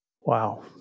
Wow